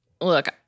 Look